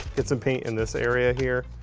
get some paint in this area here.